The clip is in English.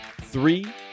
Three